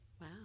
wow